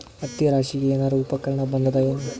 ಹತ್ತಿ ರಾಶಿಗಿ ಏನಾರು ಉಪಕರಣ ಬಂದದ ಏನು?